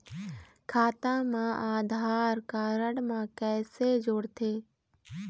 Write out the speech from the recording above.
खाता मा आधार कारड मा कैसे जोड़थे?